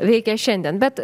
veikia šiandien bet